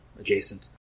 adjacent